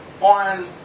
on